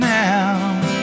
now